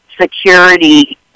security